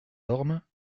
ormes